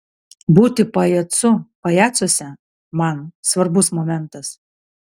būti pajacu pajacuose man svarbus momentas